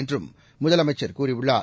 என்றும் முதலமைச்சர் கூறியுள்ளார்